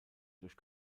durch